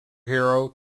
hero